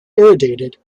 irradiated